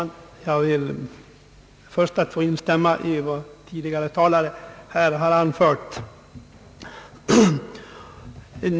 Herr talman! Jag ber först att få instämma i vad tidigare talare här har anfört.